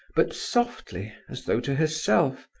but softly, as though to herself.